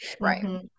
Right